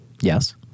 Yes